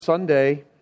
Sunday